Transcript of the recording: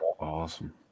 Awesome